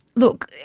look,